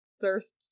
thirst